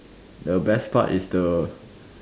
the best part is the